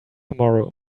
tomorrow